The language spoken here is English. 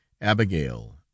Abigail